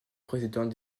président